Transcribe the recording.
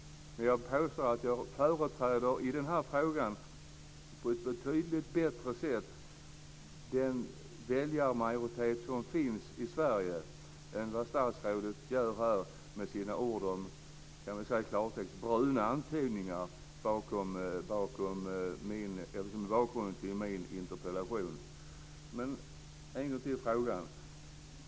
Jag påstår att jag i den här frågan på ett betydligt bättre sätt företräder den väljarmajoritet som finns i Sverige än vad statsrådet gör med sina, för att tala klartext, bruna antydningar om bakgrunden till min interpellation. Låt mig ställa frågan en gång till.